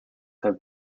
have